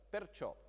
Perciò